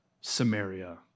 Samaria